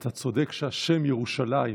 אתה צודק שהשם "ירושלים"